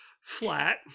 flat